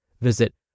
Visit